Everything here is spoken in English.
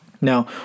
Now